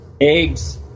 eggs